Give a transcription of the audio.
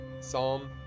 Psalm